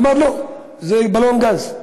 אמר: לא, זה בלון גז.